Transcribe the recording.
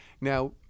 Now